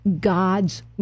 God's